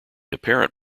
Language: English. apparent